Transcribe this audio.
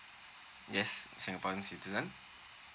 yes singaporean citizen